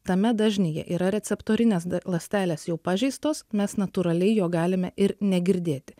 tame dažnyje yra receptorinės ląstelės jau pažeistos mes natūraliai jo galime ir negirdėti